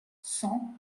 cent